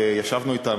ישבנו אתם,